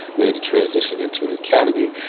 made the transition into the academy.